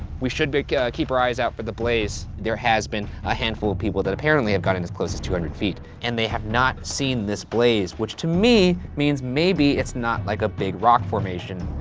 we should keep our eyes out for the blaze. there has been a handful of people that apparently have gotten as close as two hundred feet, and they have not seen this blaze. which to me, means maybe it's not like a big rock formation.